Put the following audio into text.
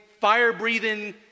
fire-breathing